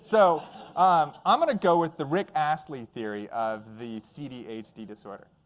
so um i'm going to go with the rick astley theory of the cdhd disorder.